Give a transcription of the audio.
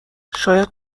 شاید